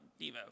Devo